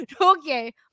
okay